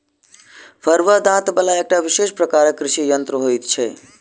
फरूआ दाँत बला एकटा विशेष प्रकारक कृषि यंत्र होइत छै